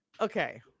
Okay